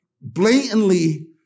blatantly